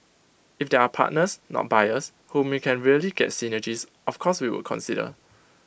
if there are partners not buyers whom we can really get synergies of course we would consider